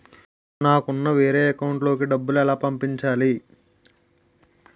నేను నాకు ఉన్న వేరే అకౌంట్ లో కి డబ్బులు ఎలా పంపించాలి?